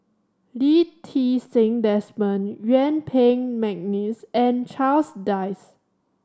Lee Ti Seng Desmond Yuen Peng McNeice and Charles Dyce